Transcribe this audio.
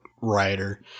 writer